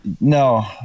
No